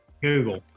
Google